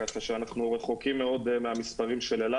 ככה שאנחנו רחוקים מאוד מהמספרים של אל-על